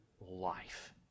life